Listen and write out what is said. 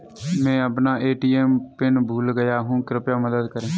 मैं अपना ATM PIN भूल गया हूँ, कृपया मदद करें